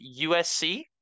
USC